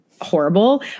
Horrible